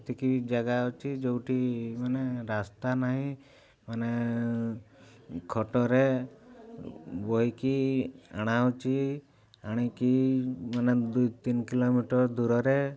ଏମିତିକି ଜାଗା ଅଛି ଯେଉଁଠି ମାନେ ରାସ୍ତା ନାହିଁ ମାନେ ଖଟରେ ବୋହିକି ଅଣା ହେଉଛି ଆଣିକି ମାନେ ଦୁଇ ତିନି କିଲୋମିଟର ଦୂରରେ